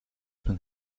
been